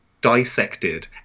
dissected